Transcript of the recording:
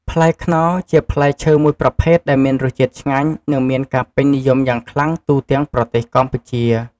ផ្លែខ្នុរជាផ្លែរឈើមួយប្រភេទដែលមានរសជាតិឆ្ងាញ់ និងមានការពេញនិយមយ៉ាងខ្លាំងទូទាំងប្រទេសកម្ពុជា។